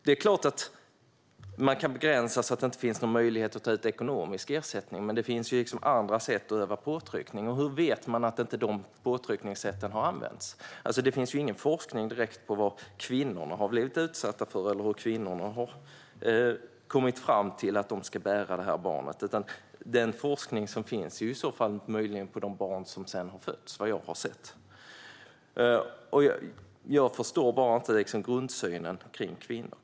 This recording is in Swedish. Det är klart att det går att begränsa så att det inte finns någon möjlighet att ta ut ekonomisk ersättning, men det finns andra sätt att utöva påtryckning. Hur vet man att de påtryckningssätten inte har använts? Det finns ingen direkt forskning på vad kvinnorna har blivit utsatta för eller hur de har kommit fram till att de ska bära barnet. Den forskning som finns är, vad jag har sett, på de barn som sedan har fötts. Jag förstår inte grundsynen.